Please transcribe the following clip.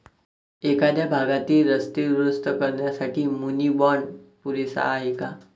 एखाद्या भागातील रस्ते दुरुस्त करण्यासाठी मुनी बाँड पुरेसा आहे का?